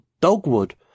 dogwood